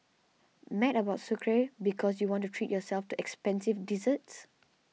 mad about Sucre because you want to treat yourself to expensive desserts